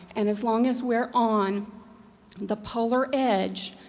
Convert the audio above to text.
and as long as we're on the polar edge,